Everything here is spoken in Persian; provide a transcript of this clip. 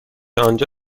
آنجا